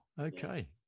Okay